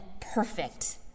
perfect